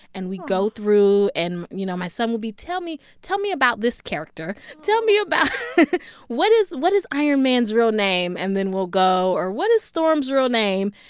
and we go through. and, you know, my son will be tell me tell me about this character. tell me about what is what is iron man's real name? and then we'll go or what is storm's real name?